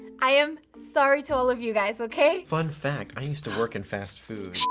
i am sorry to all of you guys, okay? fun fact i used to work in fast food.